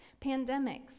pandemics